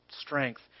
strength